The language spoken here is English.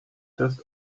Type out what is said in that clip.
desk